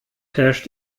herrscht